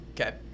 Okay